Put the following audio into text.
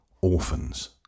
orphans